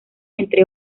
entre